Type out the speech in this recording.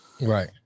right